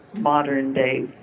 modern-day